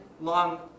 long